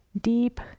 deep